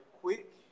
quick